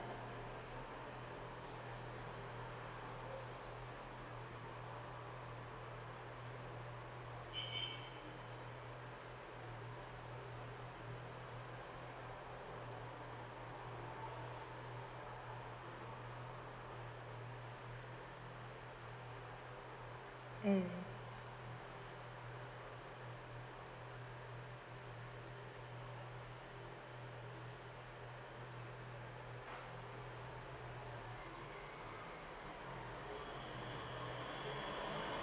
mm